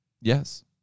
yes